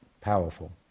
powerful